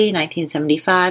1975